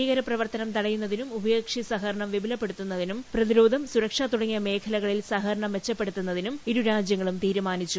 ഭീകരപ്രവർത്തനം തടയുന്നതിനും ഉഭയകക്ഷി സഹകരണം വിപുലപ്പെടുത്തുന്നതിനും പ്രതിരോധം സുരക്ഷ തുടങ്ങിയ മേഖലകളിൽ സഹകരണം മെച്ചപ്പെടുത്തുന്നതിനും ഇരു രാജ്യങ്ങളും തീരുമാനിച്ചു